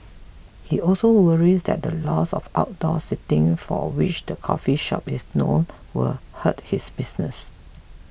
he also worries that the loss of outdoor seating for which the coffee shop is known will hurt his business